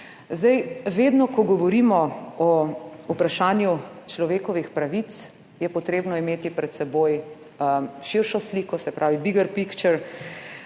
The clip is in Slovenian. Vedno ko govorimo o vprašanju človekovih pravic, je potrebno imeti pred seboj širšo sliko, se pravi »bigger picture«,